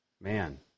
man